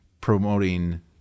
promoting